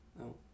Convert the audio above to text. no